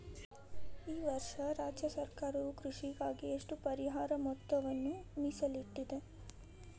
ಈ ವರ್ಷ ರಾಜ್ಯ ಸರ್ಕಾರವು ಕೃಷಿಗಾಗಿ ಎಷ್ಟು ಪರಿಹಾರ ಮೊತ್ತವನ್ನು ಮೇಸಲಿಟ್ಟಿದೆ?